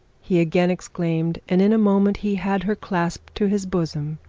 he again exclaimed and in a moment he had her clasped to his bosom.